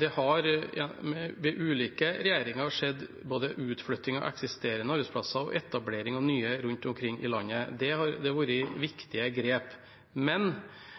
Det har under ulike regjeringer skjedd både utflytting av eksisterende arbeidsplasser og etablering av nye rundt omkring i landet. Det har vært viktige grep, men